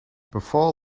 before